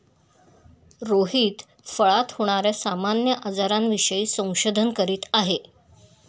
रोहित फळात होणार्या सामान्य आजारांविषयी संशोधन करीत आहे